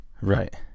right